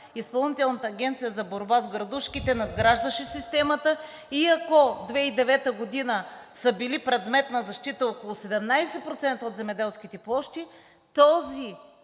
Изпълнителната агенция за борба с градушките надграждаше системата и ако 2009 г. са били предмет на защита около 17% от земеделските площи, този